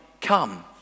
come